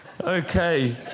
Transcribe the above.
okay